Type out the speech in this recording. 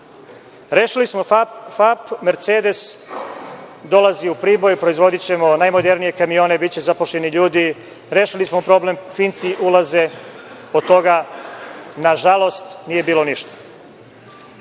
smo FAP. Mercedes dolazi u Priboj, proizvodićemo najmodernije kamione, biće zaposleni ljudi, rešili smo problem, Finci ulaze. Nažalost, od toga nije bilo ništa.